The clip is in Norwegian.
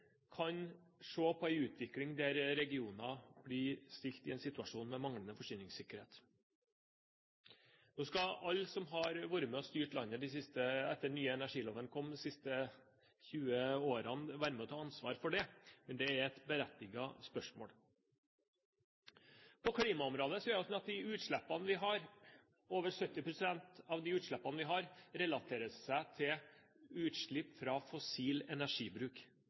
kan se på en utvikling der regioner blir stilt i en situasjon med manglende forsyningssikkerhet. Nå skal alle som har vært med og styrt landet etter at den nye energiloven kom – de siste 20 årene – være med og ta ansvar for det. Men det er et berettiget spørsmål. På klimaområdet er det sånn at over 70 pst. av de utslippene vi har, relaterer seg til utslipp fra fossil energibruk.